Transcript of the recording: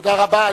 תודה רבה.